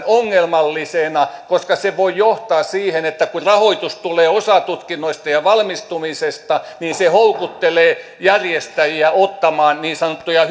ongelmallisena koska se voi johtaa siihen että kun rahoitus tulee osatutkinnoista ja valmistumisesta niin se houkuttelee järjestäjiä ottamaan niin sanottuja